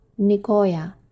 Nicoya